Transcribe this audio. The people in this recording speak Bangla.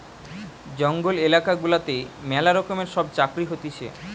জঙ্গল এলাকা গুলাতে ম্যালা রকমের সব চাকরি হতিছে